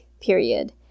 period